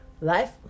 Life